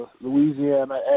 Louisiana